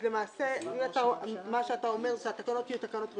למעשה מה שאתה אומר שהתקנות יהיו תקנות רשות.